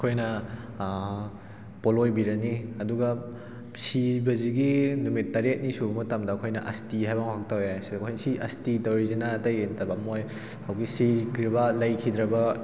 ꯑꯩꯈꯣꯏꯅ ꯄꯣꯂꯣꯏꯕꯤꯔꯅꯤ ꯑꯗꯨꯒ ꯁꯤꯕꯁꯤꯒꯤ ꯅꯨꯃꯤꯠ ꯇꯔꯦꯠꯅꯤ ꯁꯨꯕ ꯃꯇꯝꯗ ꯑꯩꯈꯣꯏꯅ ꯑꯁꯇꯤ ꯍꯥꯏꯕ ꯑꯃꯈꯛ ꯇꯧꯋꯦ ꯁꯤꯗ ꯑꯩꯈꯣꯏ ꯁꯤ ꯑꯁꯇꯤ ꯇꯧꯔꯤꯁꯤꯅ ꯑꯇꯩꯒꯤ ꯅꯠꯇꯕ ꯃꯣꯏ ꯍꯧꯖꯤꯛ ꯁꯤꯈ꯭ꯔꯤꯕ ꯂꯩꯈꯤꯗ꯭ꯔꯕ